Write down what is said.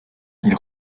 ils